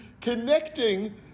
connecting